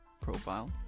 profile